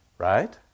Right